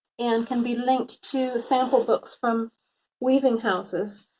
and can be linked to sample books from weaving houses,